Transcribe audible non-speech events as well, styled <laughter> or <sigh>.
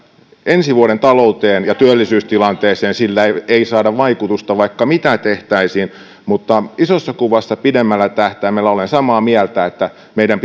ensi vuoden talouteen ja työllisyystilanteeseen sillä ei ei saada vaikutusta vaikka mitä tehtäisiin isossa kuvassa pidemmällä tähtäimellä olen samaa mieltä että meidän <unintelligible>